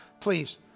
please